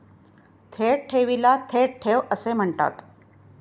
थेट ठेवीला थेट ठेव असे म्हणतात